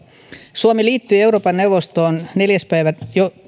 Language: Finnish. suomi liittyi euroopan neuvostoon neljäs päivä